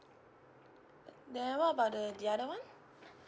then what about the the other one